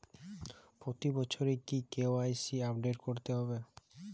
প্রতি বছরই কি কে.ওয়াই.সি আপডেট করতে হবে?